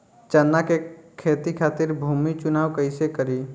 चना के खेती खातिर भूमी चुनाव कईसे करी?